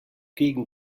gegen